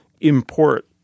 import